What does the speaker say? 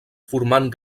formant